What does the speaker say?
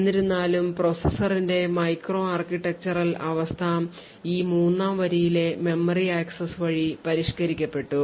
എന്നിരുന്നാലും പ്രോസസ്സറിന്റെ micro architectural അവസ്ഥ ഈ മൂന്നാം വരിയിലെ മെമ്മറി ആക്സസ് വഴി പരിഷ്ക്കരിക്കപ്പെട്ടു